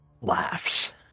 laughs